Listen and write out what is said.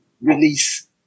release